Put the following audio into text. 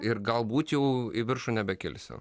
ir galbūt jau į viršų nebekilsiu